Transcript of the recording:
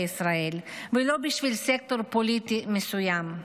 ישראל ולא בשביל סקטור פוליטי מסוים.